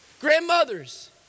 Grandmothers